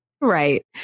Right